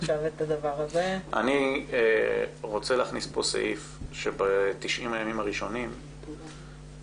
אני רוצה להכניס כאן סעיף שב-90 הימים הראשונים המדינה